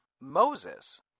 Moses